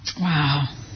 Wow